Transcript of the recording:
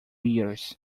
years